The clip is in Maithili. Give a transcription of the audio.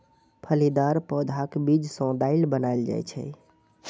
फलीदार पौधाक बीज सं दालि बनाएल जाइ छै